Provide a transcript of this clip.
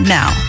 now